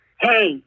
Hey